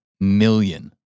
million